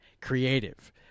creative